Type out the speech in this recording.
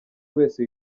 wese